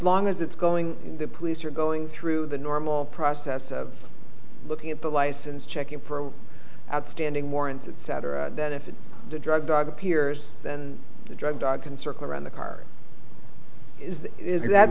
long as it's going the police are going through the normal process of looking at the license checking for outstanding warrants etc that if the drug dog appears then the drug dog can circle around the car is that